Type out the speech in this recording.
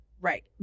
Right